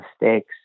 mistakes